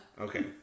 Okay